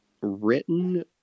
written